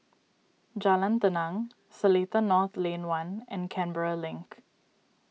Jalan Tenang Seletar North Lane one and Canberra Link